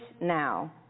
now